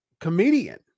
comedian